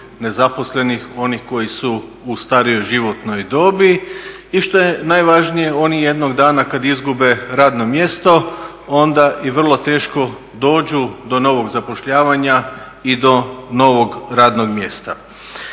nezaposlenih onih koji su u starijoj životnoj dobit i što je najvažnije, oni jednog dana kad izgube radno mjesto, onda i vrlo teško dođu do novog zapošljavanja i do novog radnog mjesta.